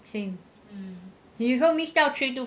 same 有时后 miss 掉 three two four